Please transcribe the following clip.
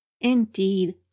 Indeed